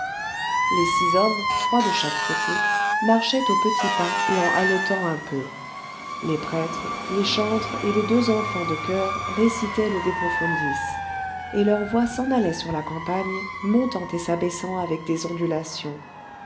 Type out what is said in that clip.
les six hommes trois de chaque côté marchaient au petit pas et en haletant un peu les prêtres les chantres et les deux enfants de choeur récitaient le de profundis et leurs voix s'en allaient sur la campagne montant et s'abaissant avec des ondulations